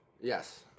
Yes